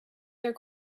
their